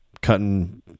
cutting